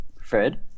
Fred